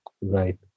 Right